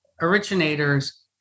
originators